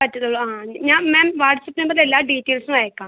പറ്റത്തുള്ളൂ ആ ഞാൻ മാം വാട്ട്സ്ആപ്പ് നമ്പറിൽ എല്ലാ ഡീറ്റെയിൽസും അയക്കാം